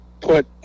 put